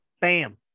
bam